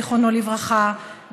זיכרונו לברכה,